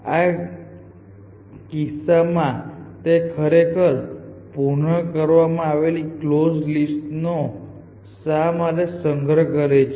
આ કિસ્સામાં તે ખરેખર પૃન કરવામાં આવેલી કલોઝ લિસ્ટ નો શા માટે સંગ્રહ કરે છે